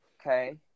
Okay